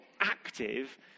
active